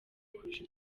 kurusha